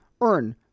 earn